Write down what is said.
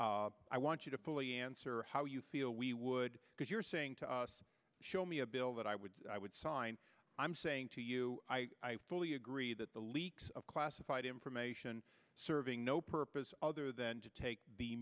so i want you to fully answer how you feel we would because you're saying to us show me a bill that i would i would sign i'm saying to you i fully agree that the leaks of classified information serving no purpose other than to take the